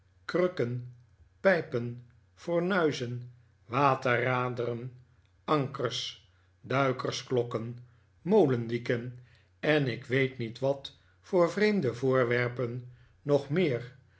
krukken pijpen fornuizen waterraderen ankers duikerklokken molenwieken en ik weet niet wat voor vreemde voorwerpen nog meer